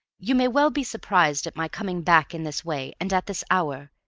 you may well be surprised at my coming back in this way and at this hour.